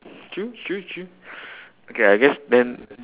true true true okay I guess then